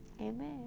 Amen